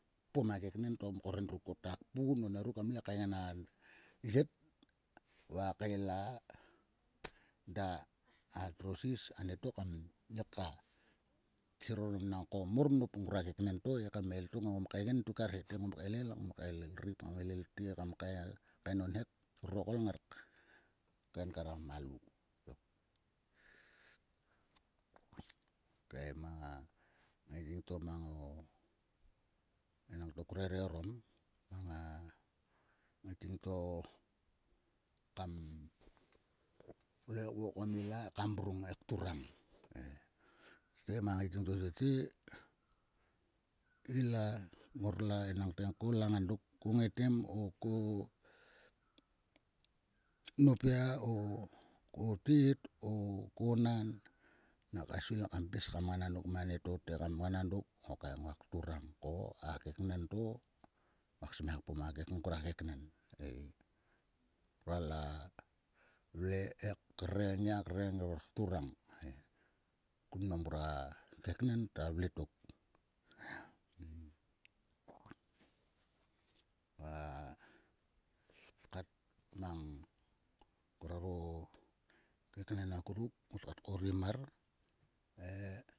Kpom a keknen to mkor endruk o tak pun onieruk kamle kaegen a yet. Va kael ada. a trosis anieto kamle ka. nangko mor nop ngua keknen to e kam el tok e. Ngom kaegen tok arche. Te ngom kaelel ngom kaelel tok arche te ireip ngar kaelel te ngar kaegen o nhep. lurokol ngar kaegen kar o malu tok o kei mang a ngaiting to mang o enang tok krere orom mang a ngaiting to kam vle kvokom ila he ka mrung he kturang ei. Tete ma ngaiting to tete. Ila. ngorla enangte kola nga dok. ko ngetem o ko nopia. o ko tet o ko nan. Naka svil kam pis ka mnganang dok ma nieto te kam mnganang dok. Okei nguak turang ko a keknen to ngos mia ko ngora keknen ei ngruala vle he kre nngia o reng ngia o kturang. Kun nam ngora keknen ngruak turang. Va kat mang ngroraro keknen akuruk ngot kat korim mar he.